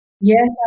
Yes